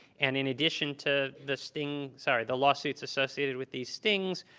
and in addition to the sting, sorry, the lawsuits associated with these stings,